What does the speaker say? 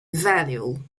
value